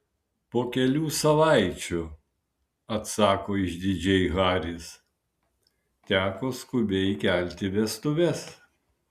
po kelių savaičių atsako išdidžiai haris teko skubiai kelti vestuves